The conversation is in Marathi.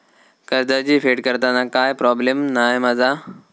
कर्जाची फेड करताना काय प्रोब्लेम नाय मा जा?